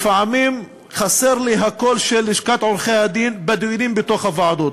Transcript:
לפעמים חסר לי הקול של לשכת עורכי-הדין בדיונים בוועדות.